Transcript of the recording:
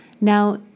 Now